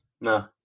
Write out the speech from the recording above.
no